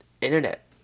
internet